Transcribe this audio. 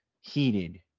heated